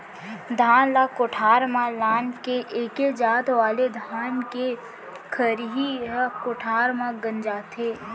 धान ल कोठार म लान के एके जात वाले धान के खरही ह कोठार म गंजाथे